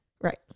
Right